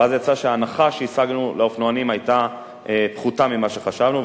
ואז יצא שההנחה שהשגנו לאופנוענים היתה פחותה ממה שחשבנו,